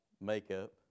Makeup